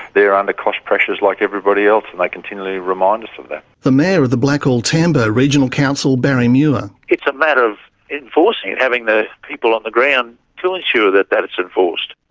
they're under cost pressures like everybody else and they like continually remind us of that. the mayor of the blackall tambo regional council barry muir it's a matter of enforcing it, having the people on the ground to ensure that that it's enforced.